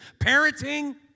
parenting